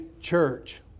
church